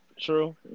True